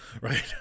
right